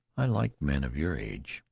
i like men of your age,